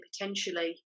potentially